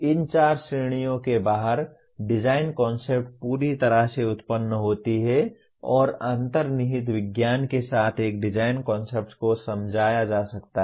इन चार श्रेणियों के बाहर डिज़ाइन कन्सेप्ट्स पूरी तरह से उत्पन्न होती हैं और अंतर्निहित विज्ञान के साथ एक डिज़ाइन कन्सेप्ट्स को समझाया जा सकता है